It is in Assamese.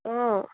অঁ